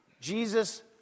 Jesus